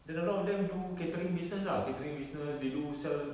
there's a lot of them do catering business ah catering business they do sell